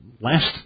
last